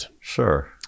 sure